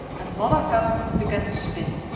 and mother vedder began to spin.